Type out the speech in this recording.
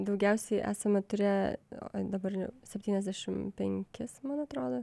daugiausiai esame turėję oi dabar septyniasdešim penkis man atrodo